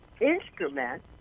instrument